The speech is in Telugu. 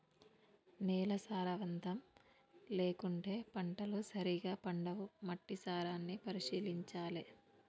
నేల సారవంతం లేకుంటే పంటలు సరిగా పండవు, మట్టి సారాన్ని పరిశీలించాలె